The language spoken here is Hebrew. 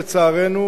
לצערנו,